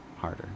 harder